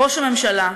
ראש הממשלה,